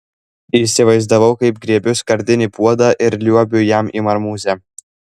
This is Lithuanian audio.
įsivaizdavau kaip griebiu skardinį puodą ir liuobiu jam į marmūzę